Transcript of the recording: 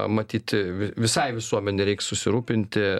matyt vi visai visuomenei reik susirūpinti